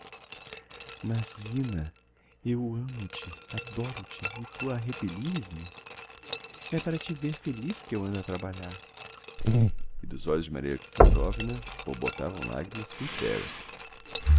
mas zina eu amo-te adoro-te e tu a repelires me é para te ver feliz que eu ando a trabalhar e dos olhos de maria alexandrovna borbotavam lagrimas sincéras